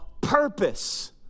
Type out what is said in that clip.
purpose